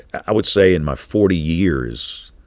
i would say in my forty years,